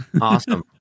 Awesome